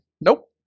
Nope